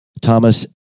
Thomas